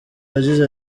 yagize